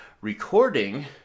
recording